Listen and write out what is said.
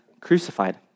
crucified